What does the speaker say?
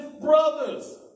brothers